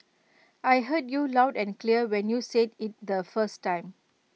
I heard you loud and clear when you said IT the first time